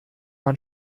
man